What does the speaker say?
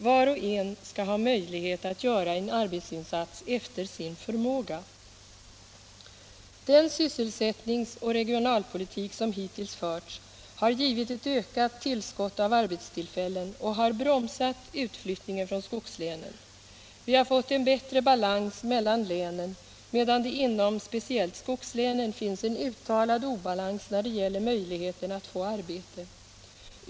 Var och en skall ha möjlighet att göra en arbetsinsats efter sin förmåga. Den sysselsättnings och regionalpolitik som hittills förts har givit ett ökat tillskott av arbetstillfällen och har bromsat utflyttningen från skogslänen. Vi har fått en bättre balans mellan länen, medan det inom speciellt skogslänen finns en uttalad obalans när det gäller möjligheten att få arbete.